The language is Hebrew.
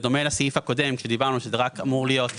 בדומה לסעיף הקודם כשאמרנו שזה רק אמור להיות